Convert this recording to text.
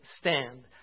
stand